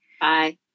Bye